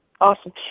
Awesome